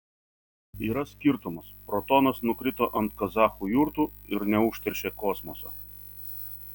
yra skirtumas protonas nukrito ant kazachų jurtų ir neužteršė kosmoso